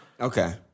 Okay